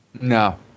No